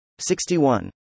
61